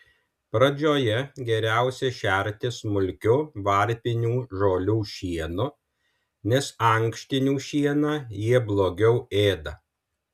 pradžioje geriausia šerti smulkiu varpinių žolių šienu nes ankštinių šieną jie blogiau ėda